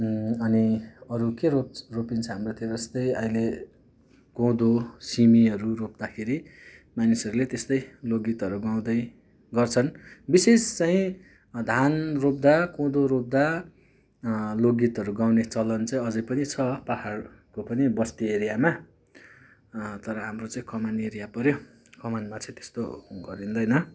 अनि अरू के रोप् रोपिन्छ हाम्रोतिर यस्तै अहिले कोदो सिमीहरू रोप्दाखेरि मानिसहरूले त्यस्तै लोकगीतहरू गाउँदै गर्छन् विशेष चाहिँ धान रोप्दा कोदो रोप्दा लोकगीतहरू गाउने चलन चाहिँ अझै पनि छ पाहाडको पनि बस्ती एरियामा तर हाम्रो चाहिँ कमान एरिया पऱ्यो कमानमा चाहिँ त्यस्तो गरिँदैन